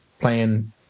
playing